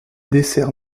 dessert